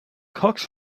cox